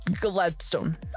Gladstone